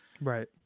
Right